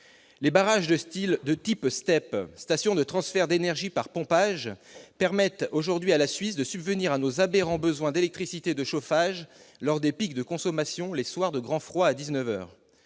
Les barrages de type STEP- stations de transfert d'énergie par pompage -permettent à la Suisse de subvenir à nos besoins aberrants d'électricité de chauffage, lors des pics de consommation, les soirs de grand froid à